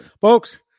folks